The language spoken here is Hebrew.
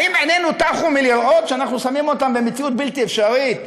האם עינינו טחו מלראות שאנחנו שמים אותם במציאות בלתי אפשרית?